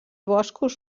boscos